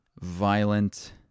violent